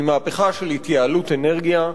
היא מהפכה של התייעלות אנרגיה,